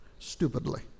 stupidly